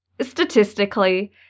Statistically